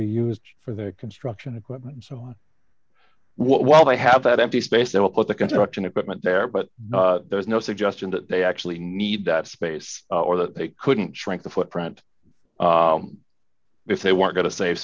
be used for the construction equipment and so on while they have that empty space they will put the construction equipment there but there's no suggestion that they actually need that space or that they couldn't shrink the footprint they say we're going to save